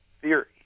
theory